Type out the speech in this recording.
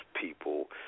people